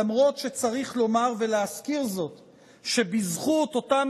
למרות שצריך לומר ולהזכיר זאת שבזכות אותם